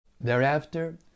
Thereafter